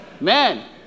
man